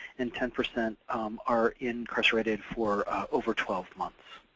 and ten percent are incarcerated for over twelve months.